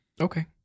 okay